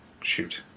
Shoot